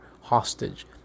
hostage